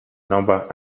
number